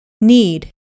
Need